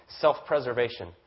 self-preservation